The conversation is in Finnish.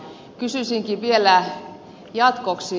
kysyisinkin vielä jatkoksi